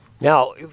Now